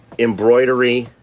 embroidery.